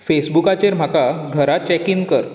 फेसबुकाचेर म्हाका घरा चॅक इन कर